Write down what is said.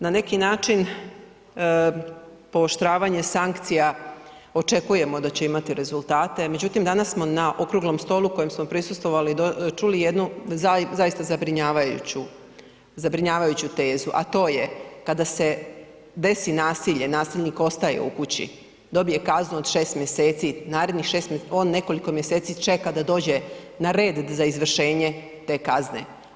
Na neki način pooštravanje sankcija očekujemo da će imati rezultate, međutim danas smo na okruglom stolu kojem smo prisustvovali čuli jednu zaista zabrinjavajuću tezu, a to je kada se desi nasilje nasilnik ostaje u kući, dobije kaznu od 6 mjeseci, on nekoliko mjeseci čeka da dođe na red za izvršenje te kazne.